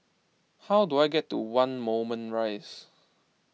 how do I get to one Moulmein Rise